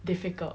difficult